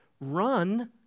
run